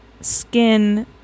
skin